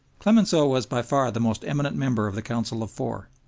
clemenceau was by far the most eminent member of the council of four,